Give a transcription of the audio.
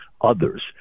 others